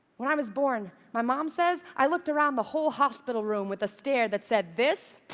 when i was born, my mom says i looked around the whole hospital room with a stare that said, this?